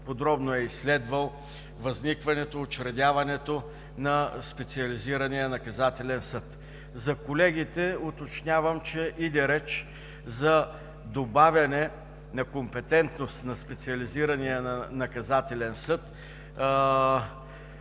подробно е изследвал възникването, учредяването на Специализирания наказателен съд. За колегите уточнявам, че иде реч за добавяне на компетентност на Специализирания наказателен съд